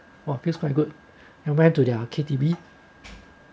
!wah! feels quite good and went to their K_T_V